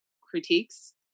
critiques